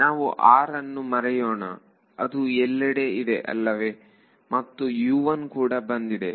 ನಾವು r ಅನ್ನು ಮರೆಯೋಣ ಅದು ಎಲ್ಲೆಡೆ ಇದೆ ಅಲ್ಲವೇ ಮತ್ತು ಕೂಡ ಬಂದಿದೆ